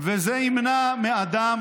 זה ימנע מאדם